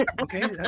okay